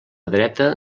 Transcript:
dreta